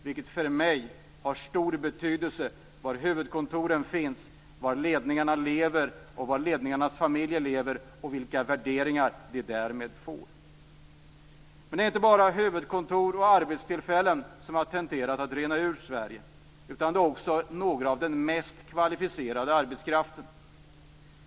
Det har för mig stor betydelse var huvudkontoren finns, var ledningarna och deras familjer lever och vilka värderingar de därmed får. Det är inte bara huvudkontor och arbetstillfällen som har tenderat att rinna ur Sverige, utan också delar av den mest kvalificerade arbetskraften.